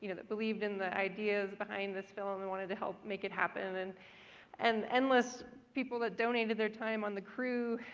you know that believed in the ideas behind this film and wanted to help make it happen. and and endless people that donated their time on the crew.